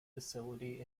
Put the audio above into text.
facility